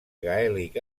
gaèlic